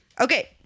okay